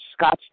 Scottsdale